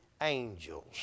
angels